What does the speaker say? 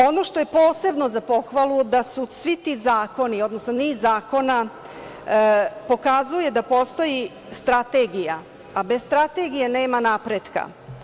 Ono što je posebno za pohvalu je da su svi ti zakoni, odnosno niz zakona pokazuje da postoji strategija, a bez strategije nema napretka.